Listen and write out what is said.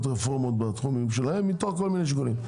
רפורמות בתחומים שלהם מתוך כל מיני שיקולים.